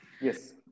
Yes